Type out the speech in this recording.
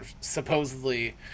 supposedly